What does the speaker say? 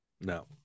No